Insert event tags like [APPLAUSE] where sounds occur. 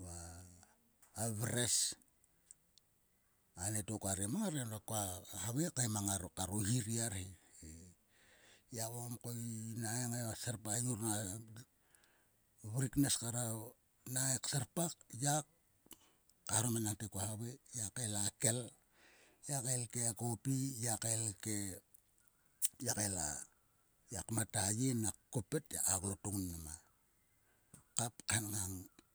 va a vres. Anieto kua re mang her edo koa havai kngai mang karo hi ri arhe. Ya vokom ko i nak ngai [UNINTELLIGIBLE] a vruk ngnes kar a nak ngai serpak. yak kaeharom enangko koa havai. Ngiak kael a kel. ngiak kael ke kopi. ngiak kael ke. ngiak kael a [UNINTELLIGIBLE] ngiak mat a ye nak koppet. ngiak klot ogun mnam a kap kaen ngang.